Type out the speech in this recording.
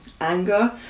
anger